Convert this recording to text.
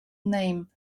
name